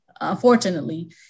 unfortunately